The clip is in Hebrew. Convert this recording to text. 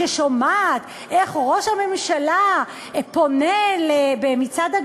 ששומעת איך ראש הממשלה פונה במצעד הגאווה,